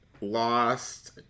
lost